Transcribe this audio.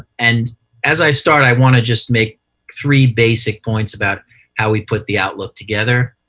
and as i start, i want to just make three basic points about how we put the outlook together.